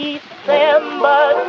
December